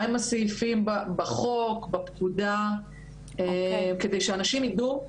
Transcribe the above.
מה הם הסעיפים בחוק ובפקודה כדי שאנשים ידעו.